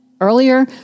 earlier